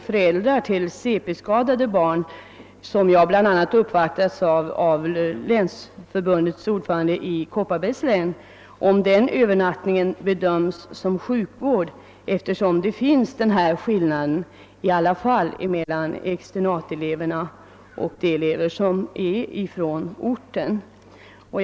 Föräldrar till cp-skadade barn har genom länsförbundets ordförande i Kopparbergs län bett mig fråga om internatelevernas övernattning bedöms som sjukvård, eftersom denna skillnad görs mellan externatoch internatelever.